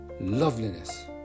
loveliness